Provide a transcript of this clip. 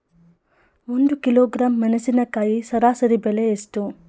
ಒಂದು ಕಿಲೋಗ್ರಾಂ ಮೆಣಸಿನಕಾಯಿ ಸರಾಸರಿ ಬೆಲೆ ಎಷ್ಟು?